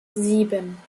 sieben